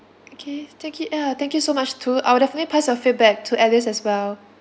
okay thank you ya thank you so much too I'll definitely pass your feedback to alice as well